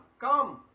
come